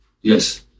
Yes